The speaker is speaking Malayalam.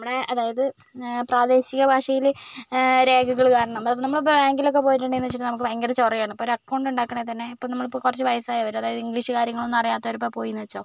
നമ്മുടെ അതായത് പ്രാദേശിക ഭാഷയിൽ രേഖകൾ വരണം ഇപ്പം നമ്മളിപ്പോൾ ബാങ്കിലൊക്കെ പോയിട്ട് ഉണ്ടെന്ന് വെച്ചിട്ടുണ്ടെങ്കിൽ നമുക്ക് ഭയങ്കര ചൊറയാണ് ഇപ്പോൾ ഒരു അക്കൗണ്ട് ഉണ്ടാക്കണെ തന്നെ ഇപ്പോൾ നമ്മൾ കുറച്ചു വയസ്സായവർ അതായത് ഇംഗ്ലീഷ് കാര്യങ്ങൾ ഒന്നും അറിയാത്തവർ ഇപ്പോൾ പോയിയെന്ന് വെച്ചോ